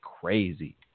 crazy